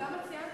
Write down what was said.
אבל למה ציינת